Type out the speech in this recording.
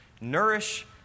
Nourish